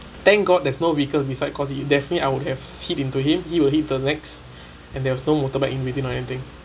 thank god there's no vehicle beside because definitely I would have hit into him he will hit the next and there was no motorbike in between or anything